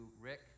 Rick